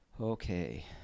okay